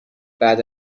بعد